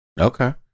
Okay